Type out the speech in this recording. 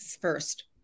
first